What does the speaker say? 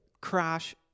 Crash